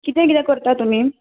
कितें कितें करतां तुमी